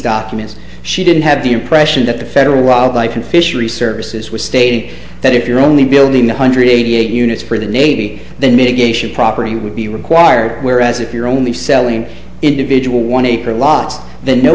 documents she didn't have the impression that the federal wildlife and fishery services were state that if you're only building one hundred eighty eight units for the navy then mitigation property would be required whereas if you're only selling individual one acre lots then no